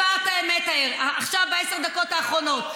פעמיים לא דיברת אמת עכשיו, בעשר הדקות האחרונות.